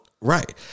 Right